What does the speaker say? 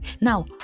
Now